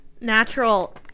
Natural